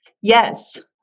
Yes